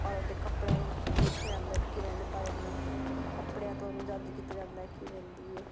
ਔਰਤ ਦੇ ਕੱਪੜਿਆਂ ਨੂੰ ਵੇਖਿਆ ਜਾਂਦਾ ਕਿ ਕਿਵੇਂ ਦੇ ਪਾਏ ਨੇ ਕੱਪੜਿਆਂ ਤੋਂ ਉਹਨੂੰ ਜੱਜ ਕੀਤਾ ਜਾਂਦਾ ਕਿਵੇਂ ਦੀ ਹੈ